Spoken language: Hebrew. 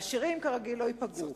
העשירים, כרגיל, לא ייפגעו.